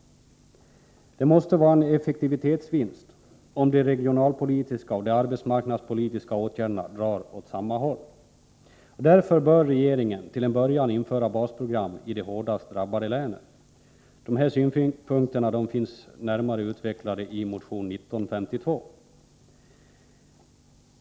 Det måste vara en effektivitetsvinst om de regionalpolitiska och de arbetsmarknadspolitiska åtgärderna drar åt samma håll. Därför bör regeringen till en början införa sådana basprogram i de hårdast drabbade länen. Dessa synpunkter finns närmare utvecklade i motion 1952.